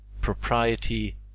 propriety